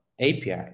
API